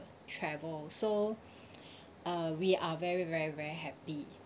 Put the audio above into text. travel so uh we are very very very happy